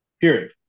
period